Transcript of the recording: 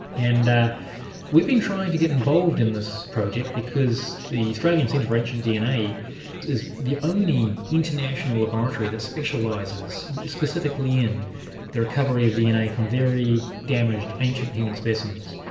and we've been trying to get involved in this project because the australian centre for ancient dna is the only international laboratory that specialises specifically specifically in the recovery of dna from very damaged ancient human specimens,